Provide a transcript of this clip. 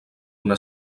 una